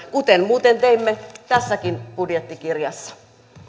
kuten muuten teimme tässäkin budjettikirjassa